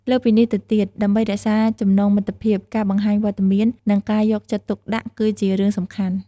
លើសពីនេះទៅទៀត ដើម្បីរក្សាចំណងមិត្តភាព ការបង្ហាញវត្តមាន និងការយកចិត្តទុកដាក់គឺជារឿងសំខាន់។